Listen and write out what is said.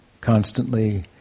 constantly